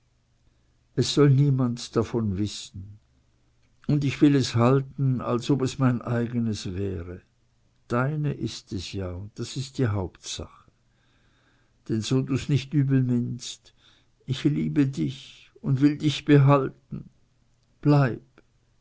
es soll niemand davon wissen und ich will es halten als ob es mein eigen wäre deine ist es ja und das ist die hauptsache denn so du's nicht übel nimmst ich liebe dich und will dich behalten bleib